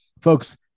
folks